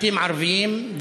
בתים ערביים,